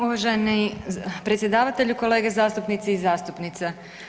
Uvaženi predsjedavatelju, kolege zastupnici i zastupnice.